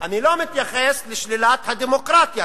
אני לא מתייחס לשלילת הדמוקרטיה,